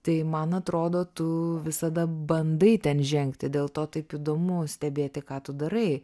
tai man atrodo tu visada bandai ten žengti dėl to taip įdomu stebėti ką tu darai